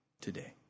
today